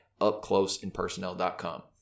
upcloseinpersonnel.com